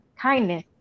kindness